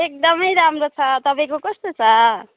एकदमै राम्रो छ तपाईँको कस्तो छ